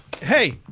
Hey